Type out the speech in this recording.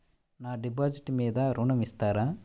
నా డిపాజిట్ మీద ఋణం ఇస్తారా?